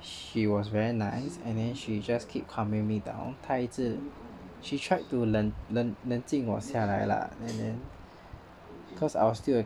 she was very nice and then she just keep calming me down 她一直 she tried to 冷冷冷静我下来 lah and then cause I was still